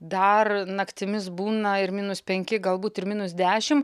dar naktimis būna ir minus penki galbūt ir minus dešimt